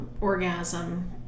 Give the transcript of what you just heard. orgasm